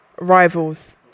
Rivals